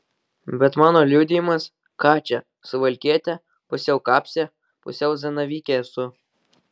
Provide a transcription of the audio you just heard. bet mano liudijimas ką čia suvalkietė pusiau kapsė pusiau zanavykė esu